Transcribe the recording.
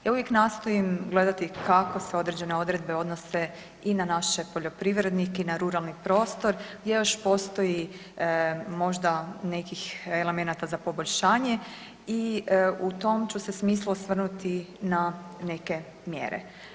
Ja uvijek nastojim gledati kako se određene odredbe odnose i na naše poljoprivrednike i na ruralni prostor gdje još postoji možda nekih elemenata za poboljšanje i u tom ću se smislu osvrnuti na neke mjere.